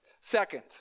Second